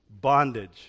bondage